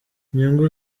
inyungu